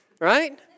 right